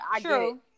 true